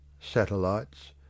satellites